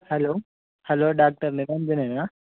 hello hello doctor నిరంజనేనా